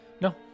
No